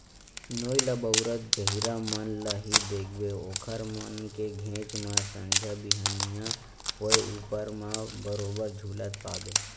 नोई ल बउरत गहिरा मन ल ही देखबे ओखर मन के घेंच म संझा बिहनियां होय ऊपर म बरोबर झुलत पाबे